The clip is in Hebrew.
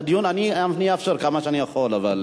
תן לכולם, אני אאפשר כמה שאני יכול, אבל